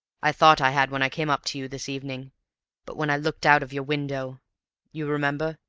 i thought i had when i came up to you this evening but when i looked out of your window you remember?